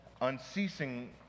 unceasing